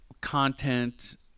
content